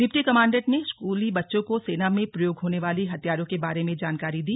deputy commandant ने स्कूली बच्चों को सेना में प्रयोग होने वाले हथियारों के बारे में जानकारी दी